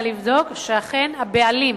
אלא לבדוק שאכן הבעלים,